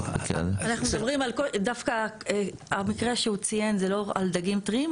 אנחנו מדברים דווקא המקרה שהוא ציין זה לא על דגים טריים,